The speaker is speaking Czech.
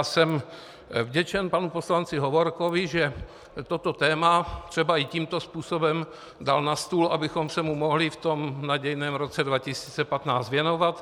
Jsem vděčen panu poslanci Hovorkovi, že toto téma třeba i tímto způsobem dal na stůl, abychom se mu mohli v tom nadějném roce 2015 věnovat.